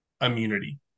immunity